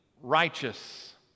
righteous